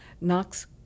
Knox